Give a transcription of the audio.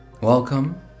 Welcome